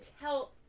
tell